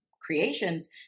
creations